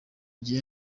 gihe